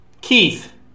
Keith